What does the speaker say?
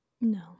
no